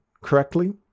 correctly